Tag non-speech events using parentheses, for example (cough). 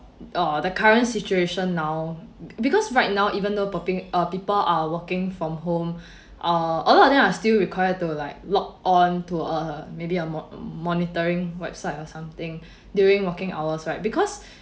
uh the current situation now because right now even though uh people are working from home (breath) uh a lot of them are still required to like log on to a maybe a mo~ monitoring website or something (breath) during working hours right because (breath)